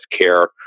care